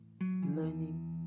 learning